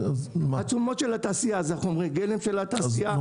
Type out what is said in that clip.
התשומות של התעשיה זה חומרי הגלם של התעשיה,